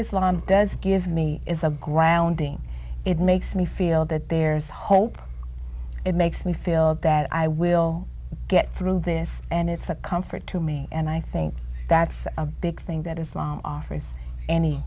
islam does give me is a grounding it makes me feel that there's hope it makes me feel that i will get through this and it's a comfort to me and i think that's a big thing that islam offers any